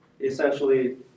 essentially